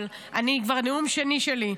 אבל זה כבר נאום שני שלי.